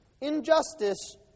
Injustice